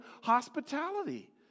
hospitality